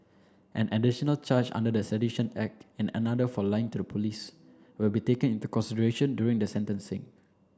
an additional charge under the Sedition Act and another for lying to the police will be taken into consideration during the sentencing